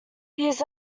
his